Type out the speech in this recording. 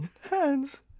hands